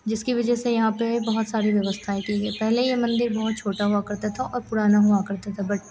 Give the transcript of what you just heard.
जिसकी वज़ह से यहाँ पर बहुत सारी व्यवस्थाएँ की गई हैं पहले यह मन्दिर बहुत छोटा हुआ करता था और पुराना हुआ करता था बट